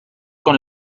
con